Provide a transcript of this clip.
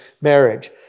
marriage